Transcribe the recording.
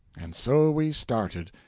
and so we started,